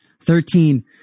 Thirteen